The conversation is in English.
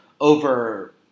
over